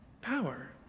power